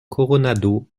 coronado